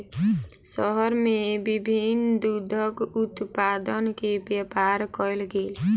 शहर में विभिन्न दूधक उत्पाद के व्यापार कयल गेल